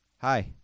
Hi